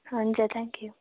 हुन्छ thank you